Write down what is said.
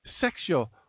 sexual